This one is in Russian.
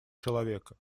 человека